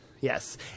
Yes